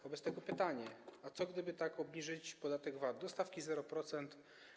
Wobec tego pytanie: A co, gdyby tak obniżyć podatek VAT do stawki 0%?